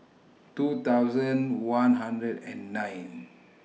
two thousand one hundred and nine